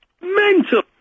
Mental